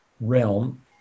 realm